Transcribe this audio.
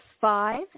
five